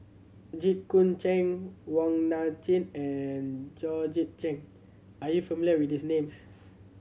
Jit Koon Ch'ng Wong Nai Chin and Georgette Chen are you familiar with these names